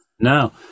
Now